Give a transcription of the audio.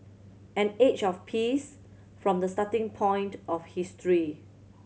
an age of peace from the starting point of history